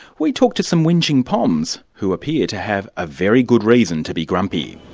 we talk to some whingeing poms, who appear to have a very good reason to be grumpy.